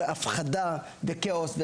הפחדה וכאוס,